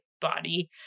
body